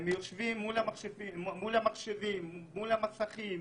הם יושבים מול המחשבים והמסכים